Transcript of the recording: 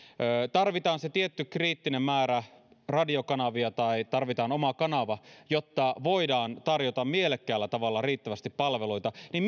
tarvitaan se tietty kriittinen määrä radiokanavia tai tarvitaan oma kanava jotta voidaan tarjota mielekkäällä tavalla riittävästi palveluita niin